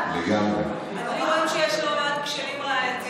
אני רואה שיש לך עניין איתי.